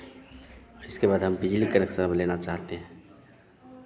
उसके बाद हम बिजली कनेक्शन अब लेना चाहते हैं